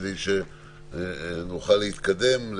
כדי שנוכל להתקדם,